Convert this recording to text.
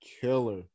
Killer